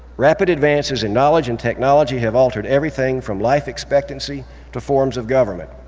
rapid advances in knowledge and technology have altered everything from life expectancy to forms of government.